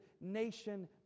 nation